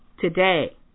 today